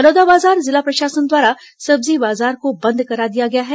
बलौदाबाजार जिला प्रशासन द्वारा सब्जी बाजार को बंद करा दिया गया है